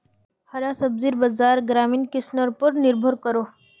हरा सब्जिर बाज़ार ग्रामीण किसनर पोर निर्भर करोह